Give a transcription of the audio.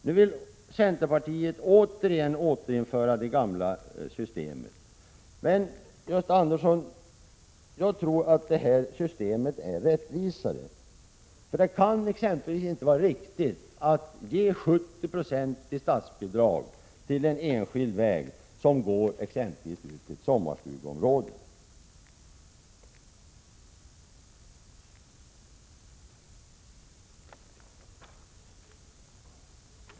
Nu vill centerpartiet återinföra det gamla bidragssystemet. Men, Gösta Andersson, jag tror att det system vi har är rättvisare. Det kan exempelvis inte vara riktigt att ge 70 9 i statsbidrag till en enskild väg, exempelvis ut till ett sommarstugeområde.